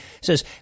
says